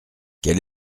quel